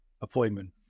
appointment